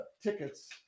tickets